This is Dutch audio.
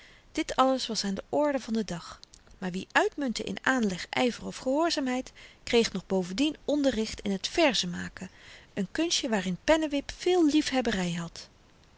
dit alles was aan de orde van den dag maar wie uitmuntte in aanleg yver of gehoorzaamheid kreeg nog bovendien onderricht in t verzenmaken een kunstje waarin pennewip veel liefhebbery had